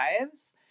lives